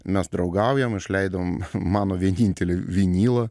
mes draugaujam išleidom mano vienintelį vinilą